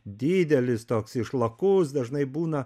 didelis toks išlakus dažnai būna